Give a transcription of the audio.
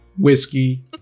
whiskey